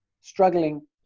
struggling